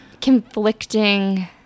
conflicting